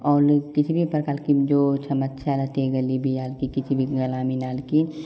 और किसी भी प्रकार की जो समस्या रहती है गली बिहाल की किसी भी ग्लामिनाल की